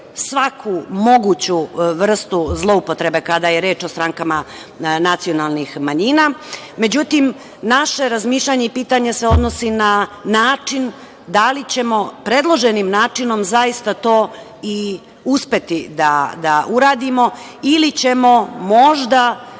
svaku moguću vrstu zloupotrebe kada je reč o strankama nacionalnih manjina. Međutim, naše razmišljanje i pitanje se odnosi na način da li ćemo predloženim načinom zaista to i uspeti da uradimo ili ćemo možda